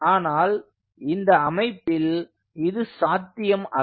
ஆனால் இந்த அமைப்பில் இது சாத்தியமல்ல